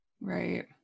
Right